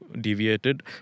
deviated